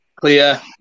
clear